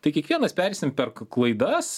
tai kiekvienas pereisim per klaidas